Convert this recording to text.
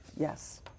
Yes